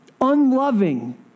unloving